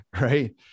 right